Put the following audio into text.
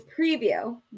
preview